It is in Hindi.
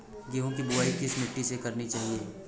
गेहूँ की बुवाई किस मिट्टी में करनी चाहिए?